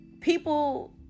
people